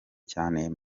cyane